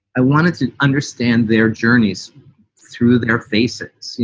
i wanted to understand their journeys through their faces.